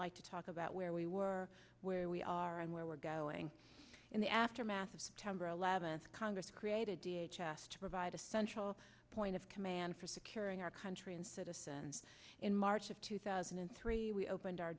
like to talk about where we were where we are and where we're going in the aftermath of september eleventh congress created d h h s to provide a central point of command for securing our country and citizens in march of two thousand and three we opened our